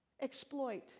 Exploit